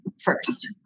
first